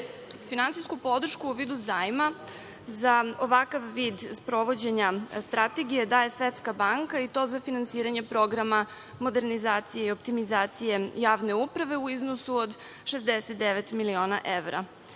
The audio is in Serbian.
održivost. Finansijsku podršku u vidu zajma za ovakav vid sprovođenja strategije daje Svetska banka i to za finansiranje programa modernizacije i optimizacije javne uprave u iznosu od 69 miliona evra.